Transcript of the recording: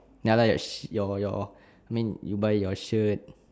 ya lah your sh~ your your I mean you buy your shirt